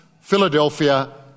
Philadelphia